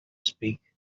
speak